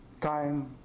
time